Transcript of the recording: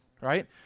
right